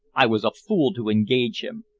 i was a fool to engage him.